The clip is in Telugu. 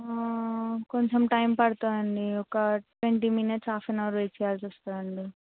కొంచెం టైం పడుతుందండి ఒక twenty minutes half an hour wait చేయాల్సి వస్తుందండి